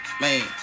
man